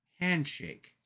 Handshake